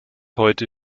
heute